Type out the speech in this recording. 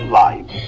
life